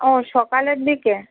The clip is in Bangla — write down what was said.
ও সকালের দিকে